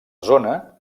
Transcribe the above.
zona